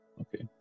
Okay